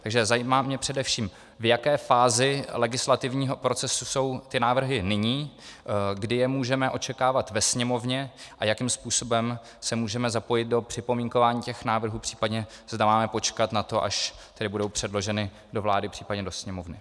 Takže zajímá mě především, v jaké fázi legislativního procesu jsou ty návrhy nyní, kdy je můžeme očekávat ve Sněmovně a jakým způsobem se můžeme zapojit do připomínkování těch návrhů, případně zda máme počkat na to, až tedy budou předloženy do vlády, případně do Sněmovny.